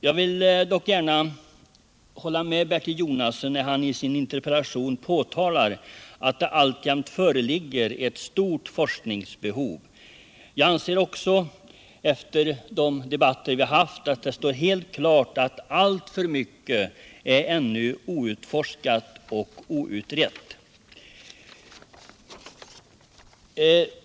Jag vill gärna hålla med Bertil Jonasson när han i sin interpellation pekar på att det alltjämt föreligger ett stort forskningsbehov. Jag anser också, efter de debatter vi har haft, att det står helt klart att alltför mycket ännu är outforskat och outrett.